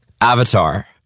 Avatar